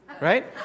Right